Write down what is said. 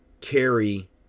carry